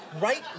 right